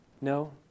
No